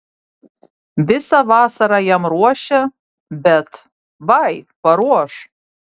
visą vasarą jam ruošia bet vai paruoš